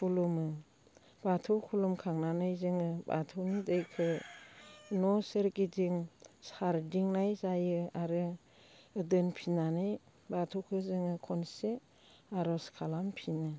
खुलुमो बाथौ खुलुमखांनानै जोङो बाथौनि दैखौ न' सोरगिदिं सारदिंनाय जायो आरो दोनफिननानै बाथौखौ जोङो खनसे आरज खालामफिनो